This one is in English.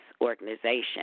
organization